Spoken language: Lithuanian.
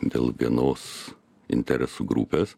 dėl vienos interesų grupės